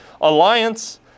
alliance